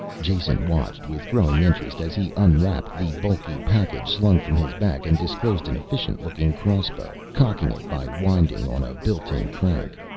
jason watched with growing interest as he unwrapped the bulky package slung from his back and disclosed an efficient looking crossbow, cocking it by winding on a built-in crank.